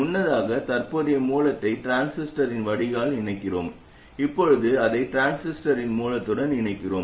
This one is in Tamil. முன்னதாக தற்போதைய மூலத்தை டிரான்சிஸ்டரின் வடிகால் இணைக்கிறோம் இப்போது அதை டிரான்சிஸ்டரின் மூலத்துடன் இணைக்கிறோம்